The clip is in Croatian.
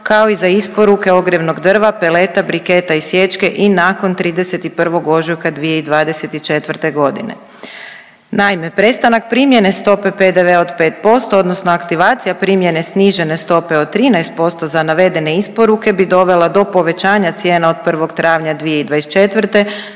kao i za isporuke ogrjevnog drva, peleta, briketa i sječke i nakon 31. ožujka 2024. godine. Naime, prestanak primjene stope PDV-a od 5%, odnosno aktivacija primjene snižene stope od 13% za navedene isporuke bi dovela do povećanja cijena od 1. travnja 2024. što